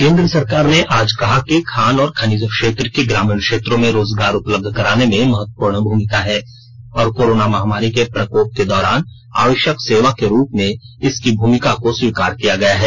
केंद्र सरकार ने आज कहा कि खान और खनिज क्षेत्र की ग्रामीण क्षेत्रों में रोजगार उपलब्ध कराने में महत्वपूर्ण भूमिका है और कोरोना महामारी के प्रकोप के दौरान आवश्यक सेवा के रूप में इसकी भूमिका को स्वीकार किया गया है